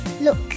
Look